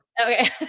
Okay